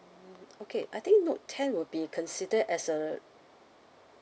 okay I think note ten will be considered as a